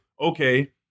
okay